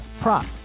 prop